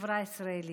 בחברה ישראלית.